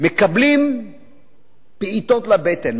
מקבלים בעיטות לבטן.